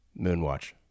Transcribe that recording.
Moonwatch